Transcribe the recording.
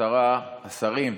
השרים,